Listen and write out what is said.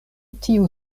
tiu